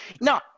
now